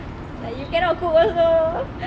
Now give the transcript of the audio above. like you cannot cook also